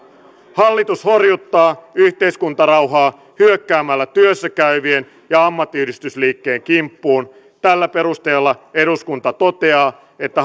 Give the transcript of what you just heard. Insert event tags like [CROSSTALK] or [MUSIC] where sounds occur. hallitus horjuttaa yhteiskuntarauhaa hyökkäämällä työssä käyvien ja ammattiyhdistysliikkeen kimppuun tällä perusteella eduskunta toteaa että [UNINTELLIGIBLE]